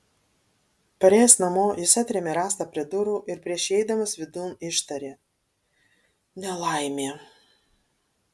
parėjęs namo jis atrėmė rąstą prie durų ir prieš įeidamas vidun ištarė nelaimė